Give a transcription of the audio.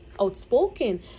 Outspoken